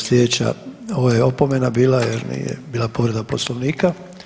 Slijedeća, ovo je opomena bila jer nije bila povreda Poslovnika.